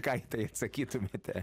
ką į tai atsakytumėte